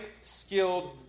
skilled